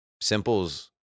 simples